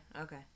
okay